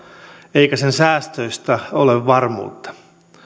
eikä sen säästöistä ole varmuutta